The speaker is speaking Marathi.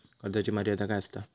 कर्जाची मर्यादा काय असता?